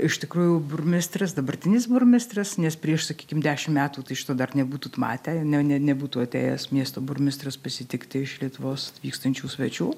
iš tikrųjų burmistras dabartinis burmistras nes prieš sakykim dešimt metų tai šito dar nebūtų matę ne nebūtų atėjęs miesto burmistras pasitikti iš lietuvos atvykstančių svečių